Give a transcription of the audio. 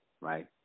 right